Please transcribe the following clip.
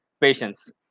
patients